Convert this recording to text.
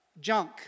junk